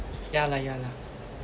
ya lah ya lah